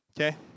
Okay